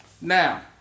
Now